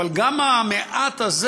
אבל גם המעט הזה